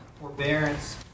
forbearance